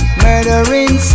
murdering